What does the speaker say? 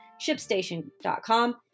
ShipStation.com